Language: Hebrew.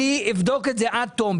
אבדוק את זה עד תום.